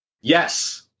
Yes